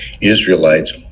Israelites